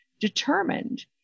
determined